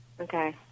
Okay